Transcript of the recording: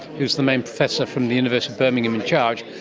who is the main professor from the university of birmingham in charge,